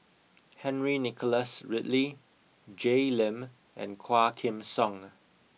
Henry Nicholas Ridley Jay Lim and Quah Kim Song